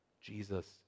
Jesus